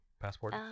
Passport